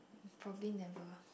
probably never